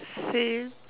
same